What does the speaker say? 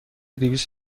دویست